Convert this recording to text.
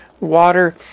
water